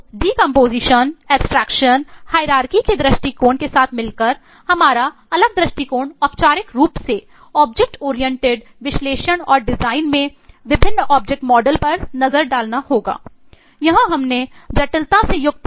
तो डीकंपोजिशन के बारे में बात की है